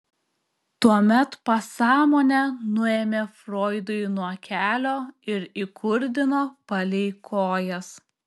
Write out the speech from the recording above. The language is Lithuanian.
tuomet pasąmonę nuėmė froidui nuo kelio ir įkurdino palei kojas